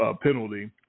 penalty